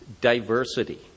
diversity